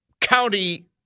county